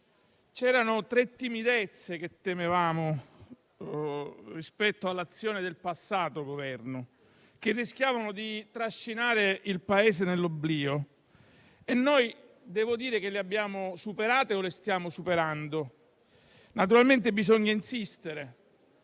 erano tre timidezze che temevamo rispetto all'azione del passato Governo, che rischiavano di trascinare il Paese nell'oblio, e devo dire che le abbiamo superate o le stiamo superando. Naturalmente bisogna insistere.